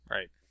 Right